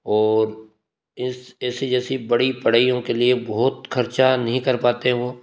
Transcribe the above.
और इस ऐसी जैसी बाड़ी पढ़ाइयों के लिए बहुत खर्चा नहीं पाते वो